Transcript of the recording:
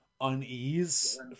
unease